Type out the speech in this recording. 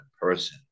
person